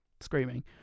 screaming